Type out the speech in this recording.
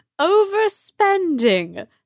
Overspending